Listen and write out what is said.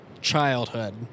childhood